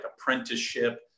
apprenticeship